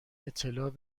اطلاع